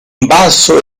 basso